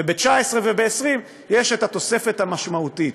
וב-2019 ו-2020 יש התוספת המשמעותית.